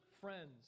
friends